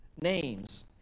names